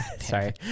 Sorry